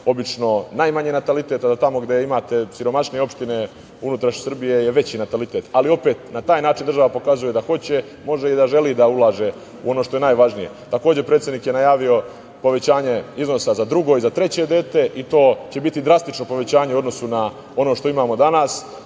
obično najmanji natalitet, a tamo gde imate siromašnije opštine u unutrašnjosti Srbije je veći natalitet. Ali, opet, na taj način država pokazuje da hoće, može i da želi da ulaže u ono što najvažnije. Takođe, predsednik je najavio povećanje iznosa za drugo i za treće dete i to će biti drastično povećanje u odnosu na ono što imamo danas. Tako